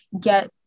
get